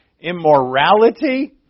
Immorality